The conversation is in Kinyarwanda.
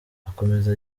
akomeza